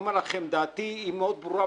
דעתי היא מאוד ברורה,